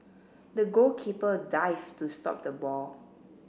the goalkeeper dived to stop the ball